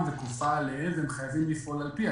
וכופה עליהם והם חייבים לפעול על פיה.